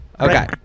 Okay